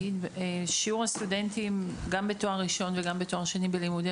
שיעור הסטודנטים גם בתואר ראשון וגם בתואר שני בלימודי